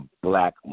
Black